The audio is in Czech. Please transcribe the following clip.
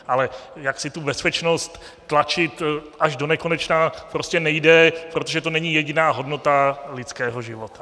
Ale jaksi tu bezpečnost tlačit až donekonečna prostě nejde, protože to není jediná hodnota lidského života.